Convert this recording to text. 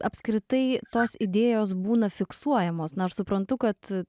apskritai tos idėjos būna fiksuojamos na aš suprantu kad